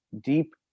deep